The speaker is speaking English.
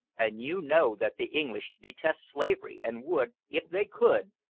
and you know that the english detest slavery, and would, if they could,